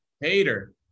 Hater